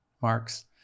marks